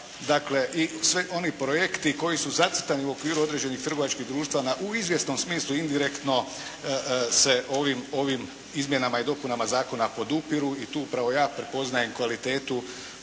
i svi oni projekti koji su zacrtani u okviru određenih trgovačkih društava u izvjesnom smislu indirektno se ovim izmjenama i dopunama zakona podupiru. I tu upravo ja prepoznajem kvalitetu